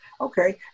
Okay